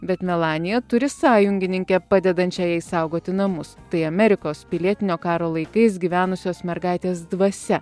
bet melanija turi sąjungininkę padedančią jai saugoti namus tai amerikos pilietinio karo laikais gyvenusios mergaitės dvasia